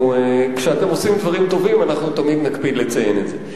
כשאתם עושים דברים טובים אנחנו תמיד נקפיד לציין את זה.